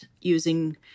using